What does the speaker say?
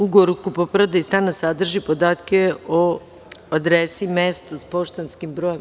Ugovor o kupoprodaji stana sadrži podatke o adresi, mestu sa poštanskim brojem…